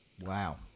wow